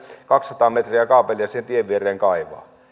kaksisataa metriä kaapelia sen tien viereen kaivaa